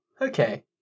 okay